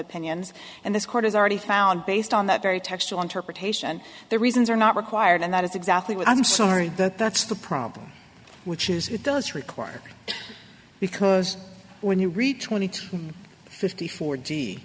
pinions and this court has already found based on that very text to interpretation the reasons are not required and that is exactly what i'm sorry that's the problem which is it does require because when you read twenty two fifty four